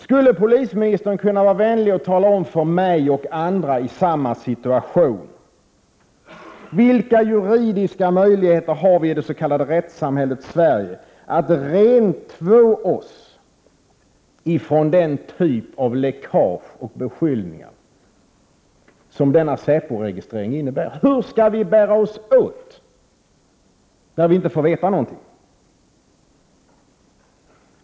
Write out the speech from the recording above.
Skulle polisministern kunna vara vänlig att tala om för mig och andra i samma situation vilka juridiska möjligheter vi har i det s.k. rättssamhället Sverige att rentvå oss från den typ av läckage och beskyllningar som denna säporegistrering innebär? Hur skall vi bära oss åt när vi inte får veta något?